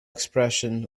expression